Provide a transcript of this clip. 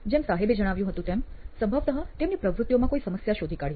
જેમ સાહેબે જણાવ્યું હતું તેમ સંભવતઃ તેમની પ્રવૃત્તિઓમાં કોઈ સમસ્યા શોધી કાઢીએ